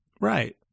Right